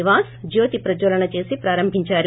నివాస్ జ్యోతి ప్రజ్సలన చేసి ప్రారంభించారు